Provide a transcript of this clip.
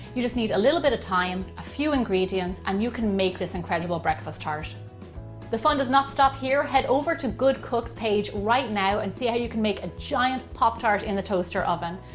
you just need a little bit of time, a few ingredients, and you can make this incredible breakfast tart. the fun does not stop here, head over to goodcook's page right now and see how you can make a giant pop tart in the toaster oven.